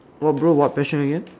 what bro what passion again